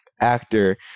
actor